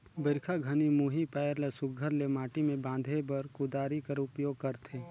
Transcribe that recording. बरिखा घनी मुही पाएर ल सुग्घर ले माटी मे बांधे बर कुदारी कर उपियोग करथे